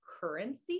currency